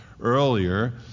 earlier